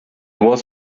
was